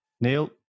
Neil